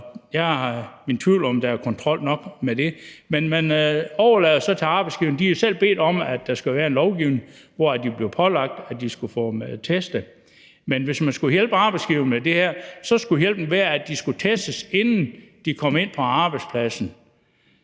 jeg har mine tvivl om, om der er kontrol nok med det. Men man overlader det så til arbejdsgiverne. De har selv bedt om, at der skal være en lovgivning, hvor de bliver pålagt at teste. Men hvis man skulle hjælpe arbejdsgiverne med det her, så skulle hjælpen være, at folk skulle testes, inden de kom ind på arbejdspladsen.